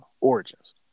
Origins